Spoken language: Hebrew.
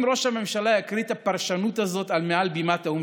אם ראש הממשלה יקריא את הפרשנות הזאת מעל בימת האו"ם,